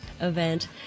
event